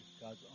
God's